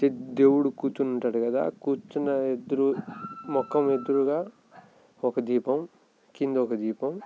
they దేవుడు కుర్చొని ఉంటాడు కదా కూర్చున్న ఎదురు ముఖం ఎదురుగా ఒక దీపం క్రింద ఒక దీపం